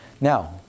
Now